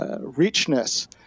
richness